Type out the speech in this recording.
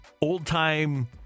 old-time